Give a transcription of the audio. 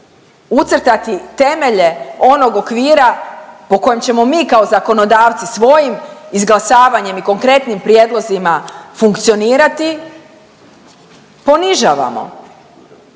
ucrtati temelje onog okvira po kojem ćemo mi kao zakonodavci svojim izglasavanjem i konkretnim prijedlozima funkcionirati ponižavamo.